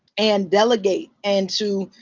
and delegate. and to,